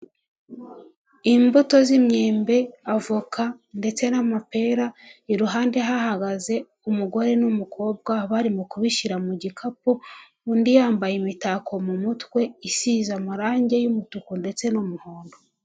Imbuto z'imyembe, avoka ndetse n'amapera, iruhande hahagaze umugore n'umukobwa, barimo kubishyira mu gikapu, undi yambaye imitako mu mutwe, isize amarange y'umutuku ndetse n'umuhondo.